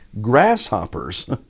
grasshoppers